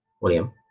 William